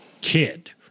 kid